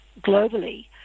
globally